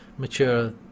Mature